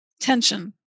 tension